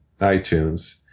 iTunes